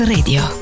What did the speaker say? Radio